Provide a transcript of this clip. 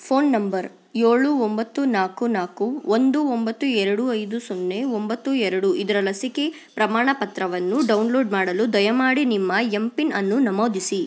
phone number ಏಳು ಒಂಬತ್ತು ನಾಲ್ಕು ನಾಲ್ಕು ಒಂದು ಒಂಬತ್ತು ಎರಡು ಐದು ಸೊನ್ನೆ ಒಂಬತ್ತು ಎರಡು ಇದರ ಲಸಿಕೆ ಪ್ರಮಾಣಪತ್ರವನ್ನು ಡೌನ್ಲೋಡ್ ಮಾಡಲು ದಯಮಾಡಿ ನಿಮ್ಮ ಎಂ ಪಿನ್ ಅನ್ನು ನಮೂದಿಸಿ